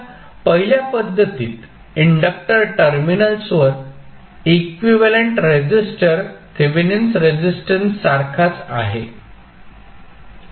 आता पहिल्या पध्दतीत इंडक्टर टर्मिनल्सवर इक्विव्हॅलेंट रेसिस्टर थेवेनिन रेझिस्टन्स सारखाच आहे